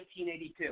1982